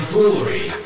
Foolery